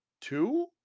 two